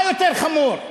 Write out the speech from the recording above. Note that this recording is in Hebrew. מה יותר חמור: